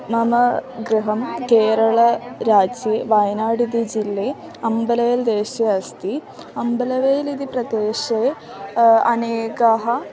मम गृहं केरळराज्ये वयनाडिति जिल्हे अम्बलवल् देशे अस्ति अम्बवल् इति प्रदेशे अनेकाः